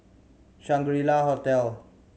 Shangri La Hotel